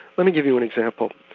let me give you an example.